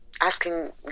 Asking